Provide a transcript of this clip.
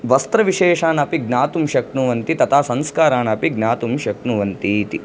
वस्त्रविशेषानपि ज्ञातुं शक्नुवन्ति तथा संस्कारान् अपि ज्ञातुं शक्नुवन्ति इति